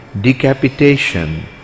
decapitation